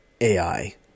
AI